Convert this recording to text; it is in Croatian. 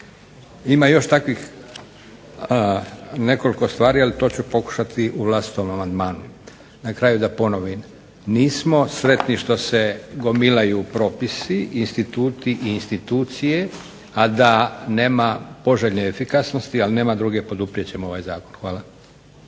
Ima takvih još nekakvih stvari ali ja ću to u vlastitom amandmanu. Na kraju da ponovim nismo sretni što se gomilaju propisi, instituti i institucije a da nema poželjne efikasnosti, ali nema druge poduprijet ćemo ovaj Zakon. Hvala.